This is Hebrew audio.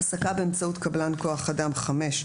העסקה באמצעות קבלן כוח אדם5.